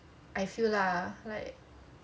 I feel lah like